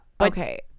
okay